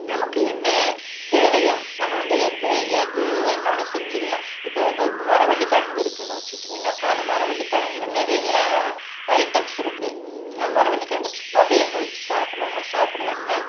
நமக்கு என்ன தேவையோ நம்ம வந்து எது எது வேணாலும் செஞ்சுக்கலாம் இப்போ வந்து மரவள்ளிக்கிழங்கு இருக்குன்னு வச்சுக்கிட்டிங்கனாக்கா அந்த மரவள்ளிக்கிழங்குல நிறைய ஐட்டம்ஸ் இருக்கு மரவள்ளிக்கிழங்கு சும்மா வேக வச்சு சாப்பிட்றவங்களும் சாப்பிடுவாங்க